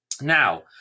Now